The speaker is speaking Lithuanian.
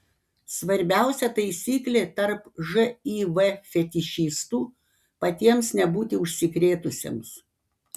svarbiausia taisyklė tarp živ fetišistų patiems nebūti užsikrėtusiems